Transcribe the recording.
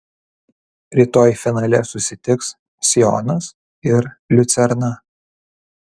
rytoj finale susitiks sionas ir liucerna